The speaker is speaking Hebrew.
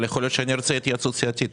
אבל יכול להיות שאני ארצה התייעצות סיעתית.